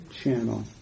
channel